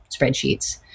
spreadsheets